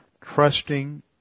trusting